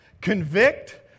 convict